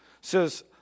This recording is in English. says